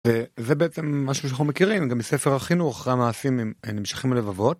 זה בעצם משהו שאנחנו מכירים גם ספר החינוך, ״אחרי המעשים נמשכים הלבבות״